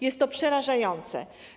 Jest to przerażające.